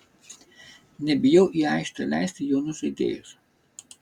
nebijau į aikštę leisti jaunus žaidėjus